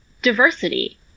diversity